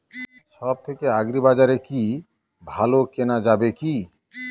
সব থেকে আগ্রিবাজারে কি ভালো কেনা যাবে কি?